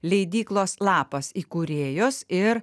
leidyklos lapas įkūrėjos ir